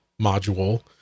module